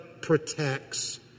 protects